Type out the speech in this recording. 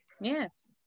Yes